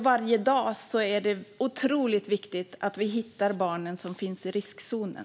Varje dag är det otroligt viktigt att vi hittar de barn som finns i riskzonen.